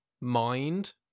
mind